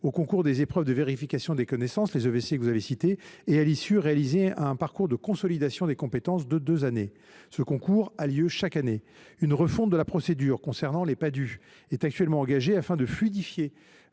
présenter aux épreuves de vérification des connaissances et, à leur issue, réaliser un parcours de consolidation des compétences de deux ans. Ce concours a lieu chaque année. Une refonte de la procédure concernant les Padhue est actuellement engagée, afin de fluidifier